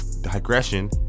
digression